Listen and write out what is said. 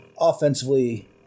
offensively